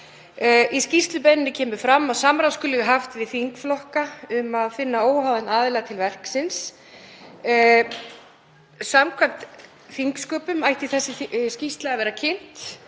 Í skýrslubeiðninni kemur fram að samráð skuli haft við þingflokka um að finna óháðan aðila til verksins. Samkvæmt þingsköpum ætti þessi skýrsla að verða kynnt